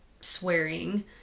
swearing